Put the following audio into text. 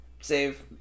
save